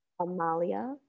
Amalia